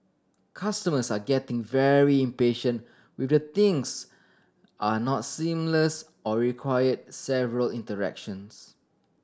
customers are getting very impatient things are not seamless or require several interactions